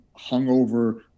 hungover